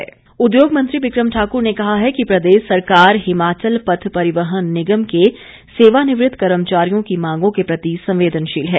बिक्रम ठाकुर उद्योग मंत्री बिकम ठाकुर ने कहा है कि प्रदेश सरकार हिमाचल पथ परिवहन निगम के सेवानिवृत कर्मचारियों की मांगों के प्रति संवेदनशील है